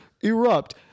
erupt